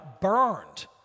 burned